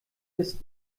ist